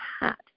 hat